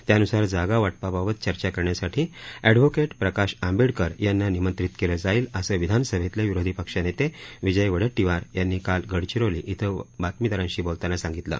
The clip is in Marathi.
त्यानुसार जागा वाटपाबाबत चर्चा करण्यासाठी अॅडव्होकेट प्रकाश आंबेडकर यांना निमंत्रित केलं जाईल असं विधानसभेतले विरोधी पक्षनेते विजय वडेट्टीवार यांनी काल गडचिरोली इथं वार्ताहरांशी बोलतांना सांगितलं